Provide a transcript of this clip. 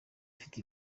ifite